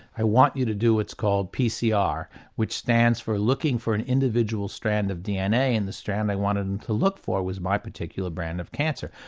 i want you to do what's called pcr which stands for looking for an individual strand of dna and the strand i wanted them to look for was my particular brand of cancer.